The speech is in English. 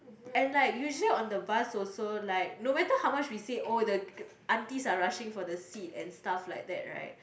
and like usually on the bus also like no matter how much we say oh the aunties are rushing for the seat and stuff like that right